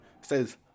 says